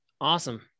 Awesome